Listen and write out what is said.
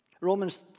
Romans